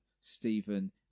Stephen